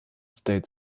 states